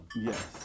Yes